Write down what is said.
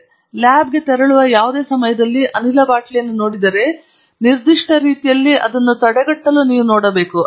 ಆದ್ದರಿಂದ ನೀವು ಲ್ಯಾಬ್ಗೆ ತೆರಳುವ ಯಾವುದೇ ಸಮಯದಲ್ಲಿ ನೀವು ಅನಿಲ ಬಾಟಲಿಯನ್ನು ನೋಡಿದರೆ ಈ ನಿರ್ದಿಷ್ಟ ರೀತಿಯಲ್ಲಿ ಅದನ್ನು ತಡೆಗಟ್ಟಲು ನೀವು ನೋಡಬೇಕು